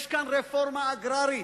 יש כאן רפורמה אגררית,